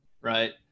right